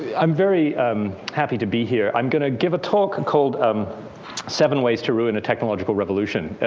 i'm very happy to be here. i'm going to give a talk and called um seven ways to ruin a technological revolution.